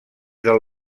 del